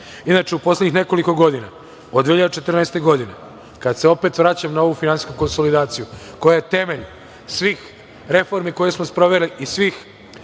5,9%.Inače, u poslednjih nekoliko godina, od 2014. godine, kada se opet vraćam na ovu finansijsku konsolidaciju koja je temelj svih reformi koje smo sproveli i svih